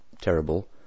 terrible